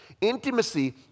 Intimacy